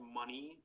money